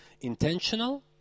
Intentional